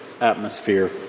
atmosphere